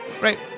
Right